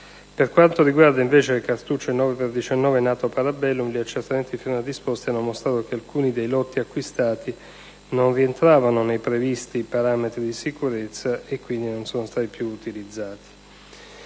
Per quanto riguarda, invece, le cartucce 9x19 NATO Parabellum, gli accertamenti finora disposti hanno mostrato che alcuni dei lotti acquistati non rientrano nei previsti parametri di sicurezza, e quindi non sono stati più utilizzati.